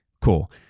Cool